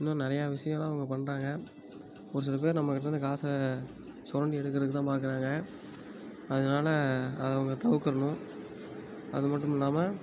இன்னும் நிறையா விஷயெல்லாம் அவங்க பண்ணுறாங்க ஒரு சில பேர் நம்மக்கிட்ட இருந்த காசை சொரண்டி எடுக்கிறதுக்குத்தான் பார்க்குறாங்க அதனால் அதை அவங்க தவிர்க்கணும் அதுமட்டும் இல்லாமல்